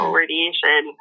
radiation